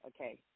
Okay